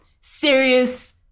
serious